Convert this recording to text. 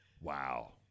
Wow